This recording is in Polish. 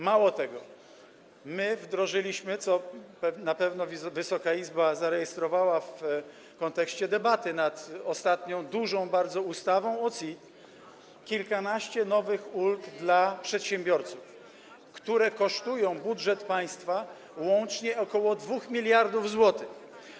Mało tego, my wdrożyliśmy, co na pewno Wysoka Izba zarejestrowała w kontekście debaty nad ostatnią bardzo dużą ustawą o CIT, kilkanaście nowych ulg dla przedsiębiorców, które kosztują budżet państwa łącznie ok. 2 mld zł.